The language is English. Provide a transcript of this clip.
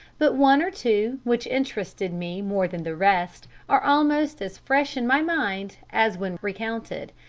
but one or two, which interested me more than the rest are almost as fresh in my mind as when recounted.